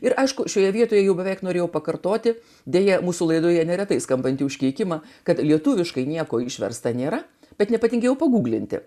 ir aišku šioje vietoje jau beveik norėjau pakartoti deja mūsų laidoje neretai skambantį užkeikimą kad lietuviškai nieko išversta nėra bet nepatingėjau paguglinti